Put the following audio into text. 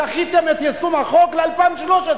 דחיתם את יישום החוק ל-2013.